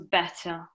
better